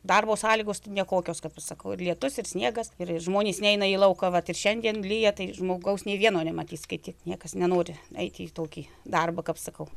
darbo sąlygos ti ne kokios kap aš sakau ir lietus ir sniegas ir ir žmonės neina į lauką vat ir šiandien lyja tai žmogaus nei vieno nematys skaityk niekas nenori eit į tokį darbą kap sakau